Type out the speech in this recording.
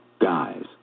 Guys